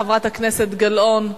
חברת הכנסת גלאון,